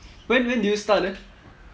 when when did you start eh